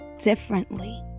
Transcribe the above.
differently